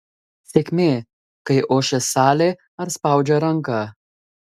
sėkmė kai ošia salė ar spaudžia ranką